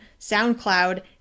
SoundCloud